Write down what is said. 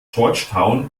georgetown